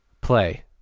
play